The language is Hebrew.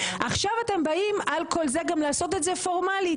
עכשיו אתם באים על כל זה גם לעשות את זה פורמלית,